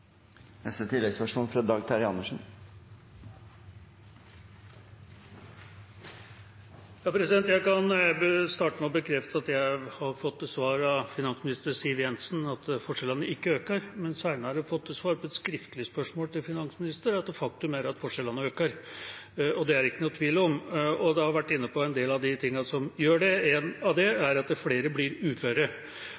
Dag Terje Andersen – til oppfølgingsspørsmål. Jeg kan starte med å bekrefte at jeg har fått til svar av finansminister Siv Jensen at forskjellene ikke øker, men senere fått til svar på et skriftlig spørsmål til finansministeren at faktum er at forskjellene øker. Det er det ikke noen tvil om, og en har vært inne på en del av tingene som gjør det. En av